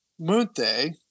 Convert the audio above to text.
Munte